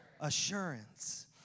assurance